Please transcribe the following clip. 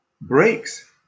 breaks